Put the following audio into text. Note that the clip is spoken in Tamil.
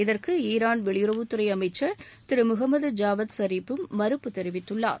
இதற்கு ஈரான் வெளியுறவுத்துறை அமைச்சர் முகமது ஜாவத் ஜரீஃப்பும் மறுப்பு தெரிவித்துள்ளார்